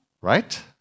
Right